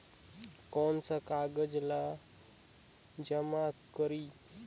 कौन का कागज ला जमा करी?